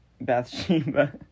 Bathsheba